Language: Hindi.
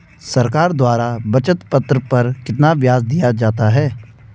सरकार द्वारा बचत पत्र पर कितना ब्याज दिया जाता है?